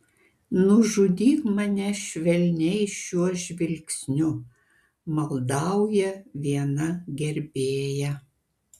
nužudyk mane švelniai šiuo žvilgsniu maldauja viena gerbėja